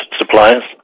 suppliers